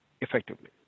effectively